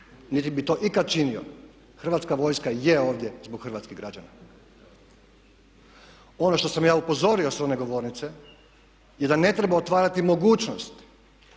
niti bih to ikad činio. Hrvatska vojska je ovdje zbog hrvatskih građana. Ono što sam ja upozorio s one govornice, je da ne treba otvarati mogućnost